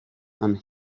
and